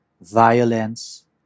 violence